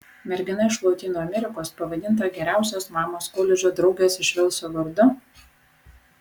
mergina iš lotynų amerikos pavadinta geriausios mamos koledžo draugės iš velso vardu